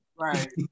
right